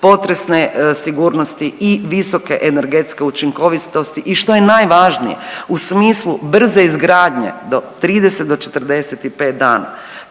potresne sigurnosti i visoke energetske učinkovitosti i što je najvažnije u smislu izgradnje do 30 do 45 dana.